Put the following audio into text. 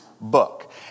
book